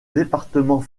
département